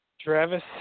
Travis